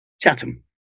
chatham